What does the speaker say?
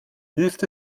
hilft